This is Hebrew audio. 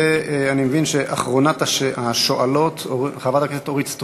אני מבין שאחרונת השואלות היא חברת הכנסת אורית סטרוק.